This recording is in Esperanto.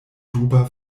duba